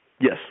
Yes